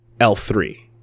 L3